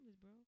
bro